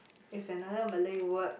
it's another Malay word